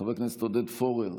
חבר הכנסת עודד פורר,